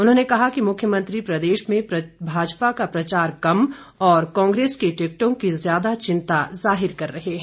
उन्होंने कहा कि मुख्यमंत्री प्रदेश में भाजपा का प्रचार कम और कांग्रेस की टिकटों की ज्यादा चिंता जाहिर कर रहे हैं